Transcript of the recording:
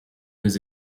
his